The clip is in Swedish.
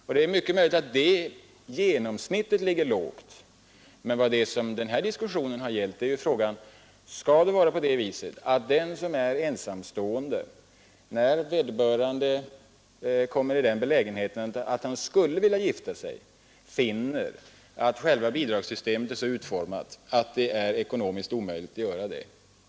Och det är mycket möjligt att det genomsnittet ligger lågt, men den här debatten gäller inte det utan den gäller: Skall det vara så att den som är ensamstående, när han kommer i den belägenheten att han skulle vilja gifta sig, finner att själva bidragssystemet är så utformat att det är ekonomiskt omöjligt att göra det?